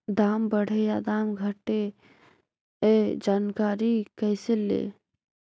दाम बढ़े या दाम घटे ए जानकारी कैसे ले?